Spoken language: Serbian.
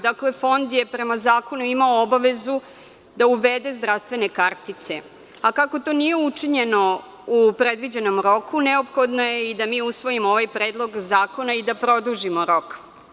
Dakle, Fond je prema zakonu imao obavezu da uvede zdravstvene kartice, a kako to nije učinjeno u predviđenom roku, neophodno je da mi usvojimo ovaj predlog zakona i da produžimo rok.